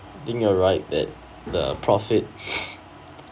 I think you're right that the profit